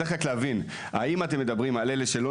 צריך להבין האם אתם מדברים על אלה שלא